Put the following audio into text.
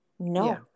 no